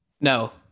No